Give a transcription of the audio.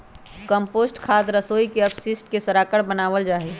compost खाद रसोई के अपशिष्ट के सड़ाकर बनावल जा हई